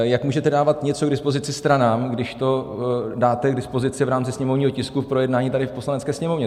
Jak můžete dávat něco k dispozici stranám, když to dáte k dispozici v rámci sněmovního tisku k projednání tady v Poslanecké sněmovně?